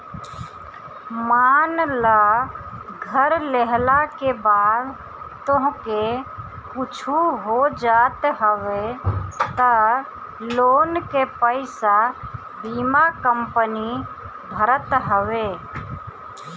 मान लअ घर लेहला के बाद तोहके कुछु हो जात हवे तअ लोन के पईसा बीमा कंपनी भरत हवे